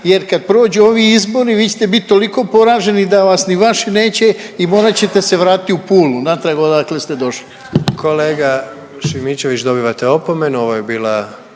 jer kad prođu ovi izbori vi ćete biti toliko poraženi da vas ni vaši neće i morat ćete se vratiti u Pulu natrag odakle ste došli. **Jandroković, Gordan (HDZ)** Kolega Šimičević dobivate opomenu, ovo je bila